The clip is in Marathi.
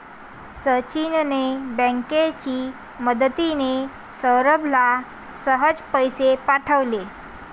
सचिनने बँकेची मदतिने, सौरभला सहज पैसे पाठवले